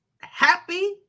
happy